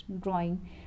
drawing